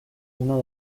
uno